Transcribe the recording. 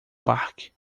parque